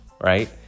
right